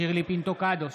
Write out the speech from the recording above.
שירלי פינטו קדוש,